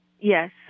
Yes